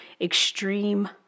extreme